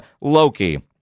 Loki